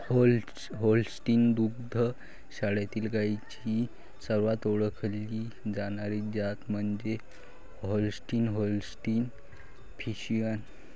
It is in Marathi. होल्स्टीन दुग्ध शाळेतील गायींची सर्वात ओळखली जाणारी जात म्हणजे होल्स्टीन होल्स्टीन फ्रिशियन